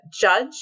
judge